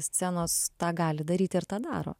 scenos tą gali daryti ir tą daro